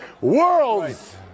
world's